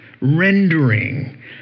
rendering